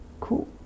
cool